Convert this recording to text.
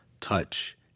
touch